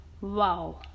wow